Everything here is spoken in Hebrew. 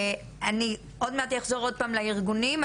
אני עוד מעט אחזור עוד פעם לארגונים.